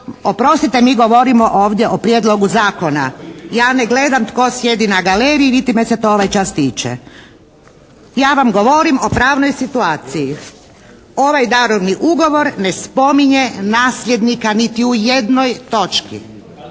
oprostite mi govorimo ovdje o prijedlog zakona. Ja ne gledam tko sjedi na galeriji, niti me se to ovaj čas tiče. Ja vam govorim o pravnoj situaciji. Ovaj darovni ugovor ne spominje nasljednika niti u jednoj točki.